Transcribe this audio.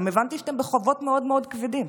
הבנתי שאתם בחובות מאוד כבדים.